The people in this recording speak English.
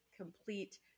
complete